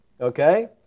Okay